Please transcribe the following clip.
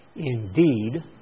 Indeed